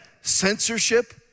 censorship